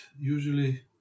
usually